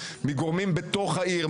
מגורמים בתוך העיר,